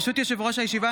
ברשות יושב-ראש הישיבה,